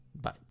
bye